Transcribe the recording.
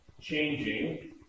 changing